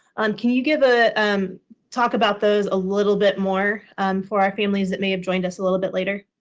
um can you give ah um talk about those a little bit more for our families that may have joined us a little bit later?